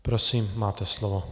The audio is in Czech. Prosím, máte slovo.